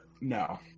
No